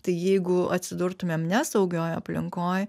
tai jeigu atsidurtumėm nesaugioj aplinkoj